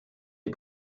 est